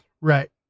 Right